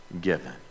given